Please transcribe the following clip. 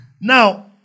Now